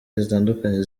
zitandukanye